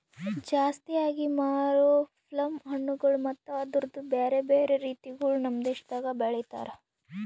ಜಾಸ್ತಿ ಆಗಿ ಮಾರೋ ಪ್ಲಮ್ ಹಣ್ಣುಗೊಳ್ ಮತ್ತ ಅದುರ್ದು ಬ್ಯಾರೆ ಬ್ಯಾರೆ ರೀತಿಗೊಳ್ ನಮ್ ದೇಶದಾಗ್ ಬೆಳಿತಾರ್